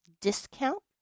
discount